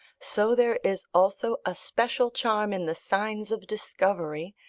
so there is also a special charm in the signs of discovery,